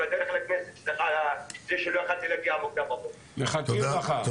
סליחה שלא יכולתי להגיע מוקדם, אני בדרך לכנסת.